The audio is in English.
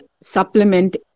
supplement